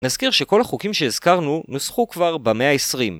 נזכיר שכל החוקים שהזכרנו, נוסחו כבר במאה ה-20